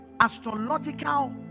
astrological